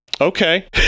okay